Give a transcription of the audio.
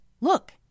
Look